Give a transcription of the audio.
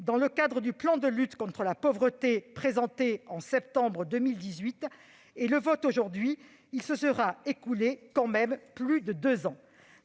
dans le cadre du plan de lutte contre la pauvreté présenté en septembre 2018 et le vote d'aujourd'hui, il se sera tout de même écoulé plus de deux ans.